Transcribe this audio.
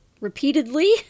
repeatedly